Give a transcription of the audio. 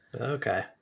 Okay